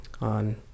on